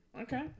Okay